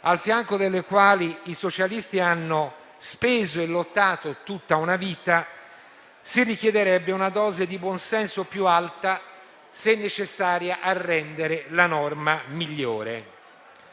al fianco delle quali i socialisti hanno speso e lottato tutta una vita, si richiederebbe una dose di buon senso più alta, se necessaria a rendere la norma migliore.